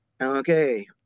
Okay